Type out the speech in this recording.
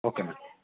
okay madam